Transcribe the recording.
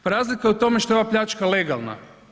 Pa razlika je u tome što je ova pljačka legalna.